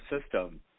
system